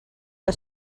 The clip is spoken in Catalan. que